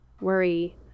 worry